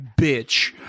bitch